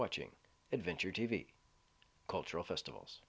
watching adventure t v cultural festivals